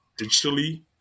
digitally